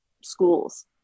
schools